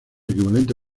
equivalente